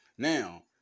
Now